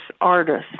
artists